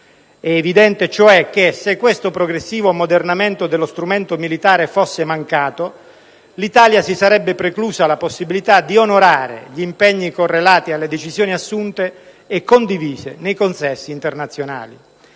È evidente cioè che, se questo progressivo ammodernamento dello strumento militare fosse mancato, l'Italia si sarebbe preclusa la possibilità di onorare gli impegni correlati alle decisioni assunte e condivise nei consessi internazionali.